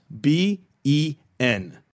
b-e-n